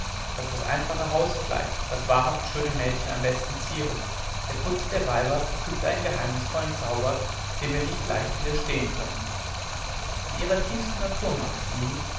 daß das einfache hauskleid das wahrhaft schöne mädchen am besten ziere der putz der weiber übt einen geheimnisvollen zauber dem wir nicht leicht widerstehen können in ihrer tiefsten natur mag es liegen